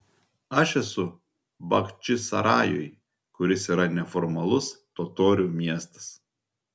aš esu bachčisarajuj kuris yra neformalus totorių miestas